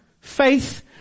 Faith